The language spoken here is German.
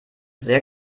sehr